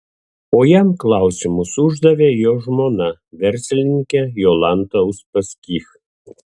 o jam klausimus uždavė jo žmona verslininkė jolanta uspaskich